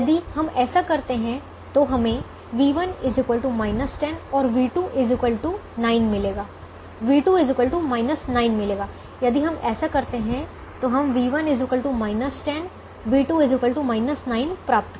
यदि हम ऐसा करते हैं तो हमें v1 10 और v2 9 मिलेगा यदि हम ऐसा करते हैं तो हम v1 10 v2 9 प्राप्त करेंगे